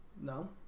No